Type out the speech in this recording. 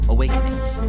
Awakenings